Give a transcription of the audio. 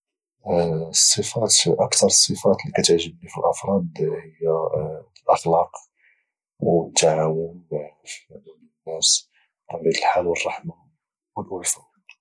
اكثر الصفات اللي كتعجبني في الافراد هي الاخلاق والتعامل ما بين الناس بطبيعة الحال والالفة